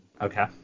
Okay